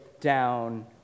down